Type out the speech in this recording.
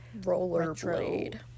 rollerblade